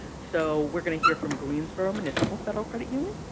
so we're going to hear from greensboro municipal federal credit union.